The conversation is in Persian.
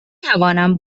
توانم